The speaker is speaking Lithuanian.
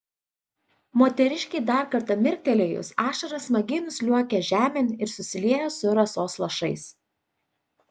moteriškei dar kartą mirktelėjus ašara smagiai nusliuogia žemėn ir susilieja su rasos lašais